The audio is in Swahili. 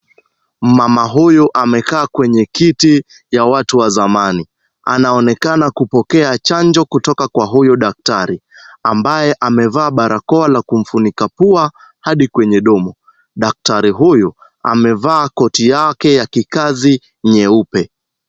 Mama huyu amekaa kwenye kiti ya watu wa zamani. Anaonekana kupokea chanjo kutoka kwa huyu daktari, ambaye amevaa barakoa la kumufunika pua hadi kwenye domo. Daktari huyu amevaa koti yake ya kikazi nyeupe.